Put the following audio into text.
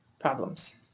problems